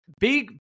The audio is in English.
Big